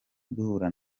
duhura